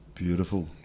Beautiful